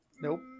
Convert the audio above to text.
Nope